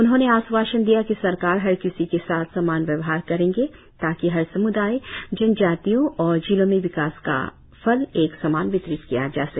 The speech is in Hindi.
उन्होंने आश्वासन दिया कि सरकार हर किसी के साथ समान व्यवहार करेंगे ताकि हर सम्दाय जनजातियों और जिलों में विकास का फल एक समान वितरित किया जाए